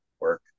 work